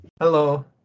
Hello